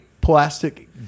plastic